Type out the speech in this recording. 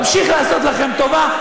נמשיך לעשות לכם טובה,